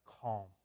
calm